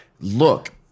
look